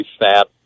fat